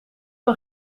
een